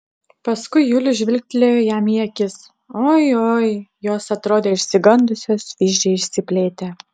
paskui julius žvilgtelėjo jam į akis oi oi jos atrodė išsigandusios vyzdžiai išsiplėtę